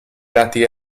lati